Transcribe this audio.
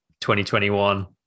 2021